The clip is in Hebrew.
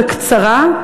בקצרה,